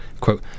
quote